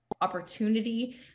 opportunity